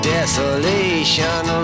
Desolation